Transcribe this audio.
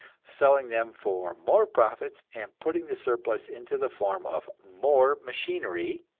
selling them for more profits, and putting the surplus into the form of more machinery,